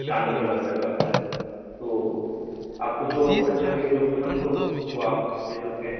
چاندنی colour کا جو آتا ہے تو آپ کو جو اچھا لگے جو پسند ہو وہ آپ لے سکتے ہیں